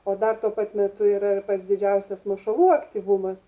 o dar tuo pat metu yra ir pats didžiausias mašalų aktyvumas